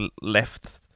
left